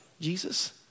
Jesus